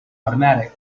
automatic